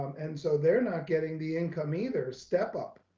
um and so they're not getting the income either step up,